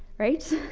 right?